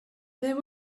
there